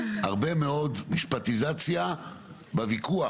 הרבה מאוד משפטיזציה בוויכוח,